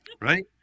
Right